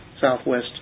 Southwest